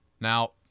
Now